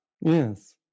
Yes